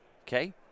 okay